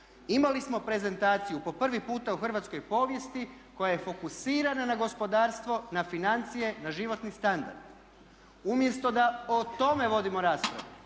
Imali smo prezentaciju po prvi puta u hrvatskoj povijesti koja je fokusirana na gospodarstvo, na financije, na životni standard. Umjesto da o tome vodimo raspravu,